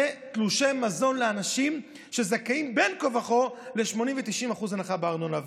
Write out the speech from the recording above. הם תלושי מזון לאנשים שזכאים בין כה וכה ל-80% ו-90% הנחה בארנונה.